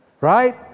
Right